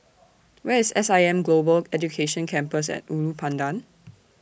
Where IS S I M Global Education Campus At Ulu Pandan